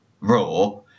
Raw